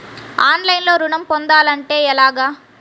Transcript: ఆన్లైన్లో ఋణం పొందాలంటే ఎలాగా?